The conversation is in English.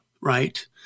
Right